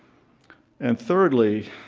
and thirdly,